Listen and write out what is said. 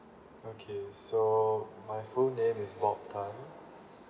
okay so my full name is bob tan